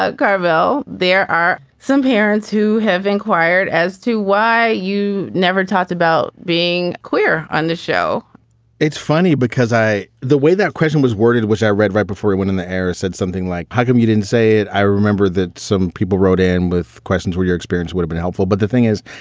ah carville there are some parents who have inquired as to why you never talked about being queer on the show it's funny because i. the way that question was worded was i read right before we went in the air, said something like, how come you didn't say it? i remember that some people wrote in with questions where your experience would've been helpful. but the thing is,